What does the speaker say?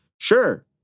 Sure